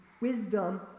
wisdom